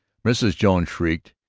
mrs. jones shrieked,